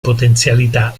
potenzialità